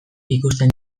ikusten